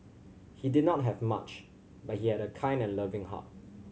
he did not have much but he had a kind and loving heart